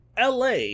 LA